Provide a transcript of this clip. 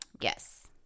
yes